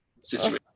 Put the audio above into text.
situation